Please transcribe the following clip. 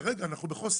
כרגע אנחנו בחוסר.